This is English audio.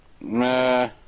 Nah